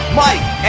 mike